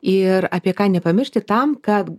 ir apie ką nepamiršti tam kad